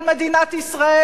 על מדינת ישראל,